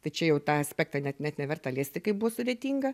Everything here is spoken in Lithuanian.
tai čia jau tą aspektą net net neverta liesti kaip buvo sudėtinga